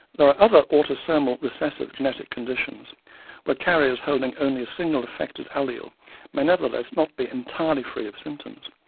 there are other autosomal recessive genetic conditions where carriers holding only a single affected allele may nevertheless not be entirely free of symptoms.